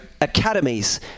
academies